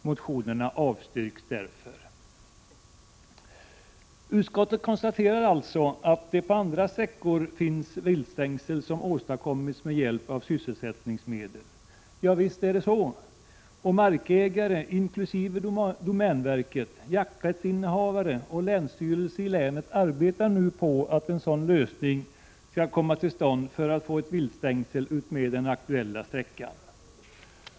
Motionerna avstyrks därför.” Utskottet konstaterar alltså att det på andra sträckor finns viltstängsel som åstadkommits med hjälp av sysselsättningsmedel. Ja, visst är det så. I vårt län arbetar nu markägare inkl. domänverket, jakträttsinnehavare och länsstyrelsen för en sådan lösning, så att vi kan få ett viltstängsel utmed den aktuella sträckan.